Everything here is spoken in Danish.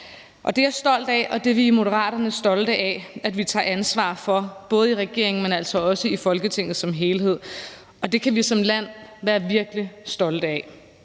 Det er jeg stolt af og det er vi i Moderaterne stolte af at vi tager ansvar for, både i regeringen, men altså også i Folketinget som helhed. Det kan vi som land være virkelig stolte af.